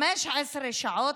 15 שעות,